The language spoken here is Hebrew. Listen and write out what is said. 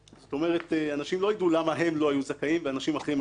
כלומר אנשים לא יידעו למה הם לא היו זכאים ואחרים היו זכאים.